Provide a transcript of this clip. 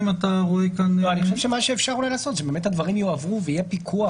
מה שאפשר אולי לעשות זה שהדברים יועברו ויהיה פיקוח